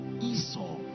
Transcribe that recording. Esau